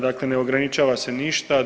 Dakle, ne ograničava se ništa.